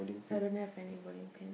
I don't have any bowling pin